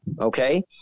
okay